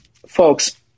Folks